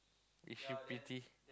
is she pretty